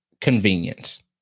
convenience